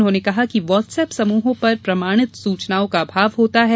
उन्होंने कहा कि वाट्सएप समूहों पर प्रमाणिक सूचनाओं का अभाव होता है